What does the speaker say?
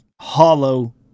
hollow